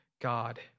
God